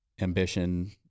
ambition